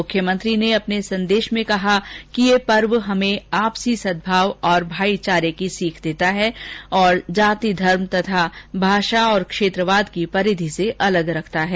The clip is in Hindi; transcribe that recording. मुख्यमंत्री ने अपने संदेश में कहा कि ये पर्व हमें आपसी सद्भाव और भाईचारे की सीख देता है तथा जाति धर्म भाषा और क्षेत्रवाद की परिधि से अलग रखता है